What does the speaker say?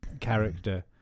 character